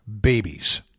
babies